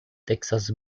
texas